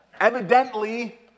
Evidently